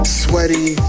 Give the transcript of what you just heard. sweaty